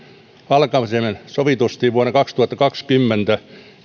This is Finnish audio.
alkamisen viidelläkymmenellä miljoonalla eurolla sovitusti vuonna kaksituhattakaksikymmentä